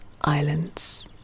Islands